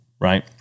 right